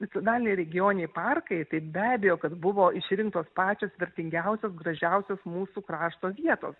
nacionaliniai regioniniai parkai tai be abejo kad buvo išrinktos pačios vertingiausios gražiausios mūsų krašto vietos